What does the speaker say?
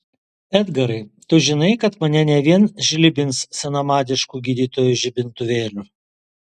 edgarai tu žinai kad mane ne vien žlibins senamadišku gydytojų žibintuvėliu